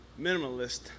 minimalist